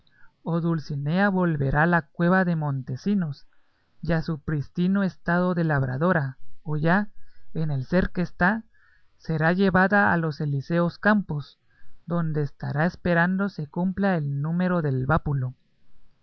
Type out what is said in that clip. o dulcinea volverá a la cueva de montesinos y a su prístino estado de labradora o ya en el ser que está será llevada a los elíseos campos donde estará esperando se cumpla el número del vápulo